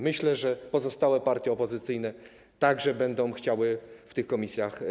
Myślę, że pozostałe partie opozycyjne także będą chciały pracować w tych komisjach.